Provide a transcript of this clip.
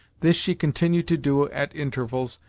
this she continued to do, at intervals,